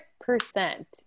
percent